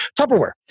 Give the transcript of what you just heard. Tupperware